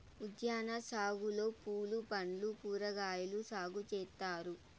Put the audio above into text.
ఉద్యాన సాగులో పూలు పండ్లు కూరగాయలు సాగు చేత్తారు